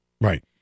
Right